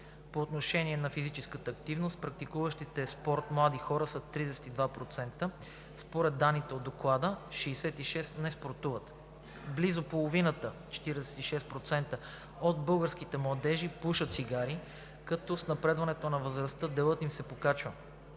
По отношение на физическата активност практикуващите спорт млади хора са 32% според данните от Доклада, 66% не спортуват. Близо половината (46%) от българските младежи пушат цигари, като с напредването на възрастта делът им се покачва.